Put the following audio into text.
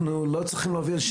אנחנו לא צריכים להוביל.